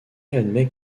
admet